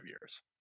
years